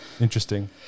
Interesting